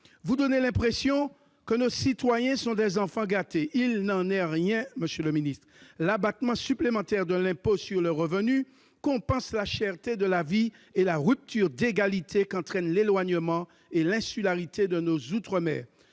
Vous donnez l'impression que nos citoyens sont des enfants gâtés. Il n'en est rien, monsieur le secrétaire d'État ! L'abattement supplémentaire de l'impôt sur le revenu compense la cherté de la vie et la rupture d'égalité qu'entraînent l'éloignement et l'insularité de nos outre-mer.